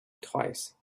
twice